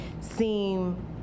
seem